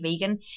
vegan